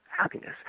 happiness